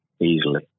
easily